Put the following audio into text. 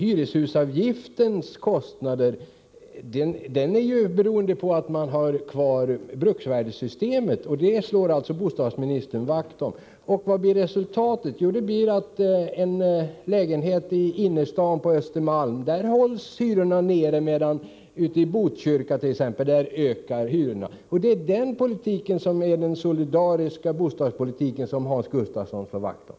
Hyreshusavgiftens kostnader beror ju på att man har kvar bruksvärdessystemet. Det systemet slår alltså bostadsministern vakt om. Vilket blir då resultatet? Jo, att för en lägenhet i innerstaden, t.ex. på Östermalm, hålls hyrorna nere medan hyrorna ökar i t.ex. Botkyrka. Det är den politiken som är den solidariska bostadspolitik som Hans Gustafsson slår vakt om.